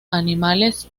animales